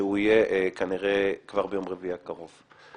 שיהיה כנראה כבר ביום רביעי הקרוב.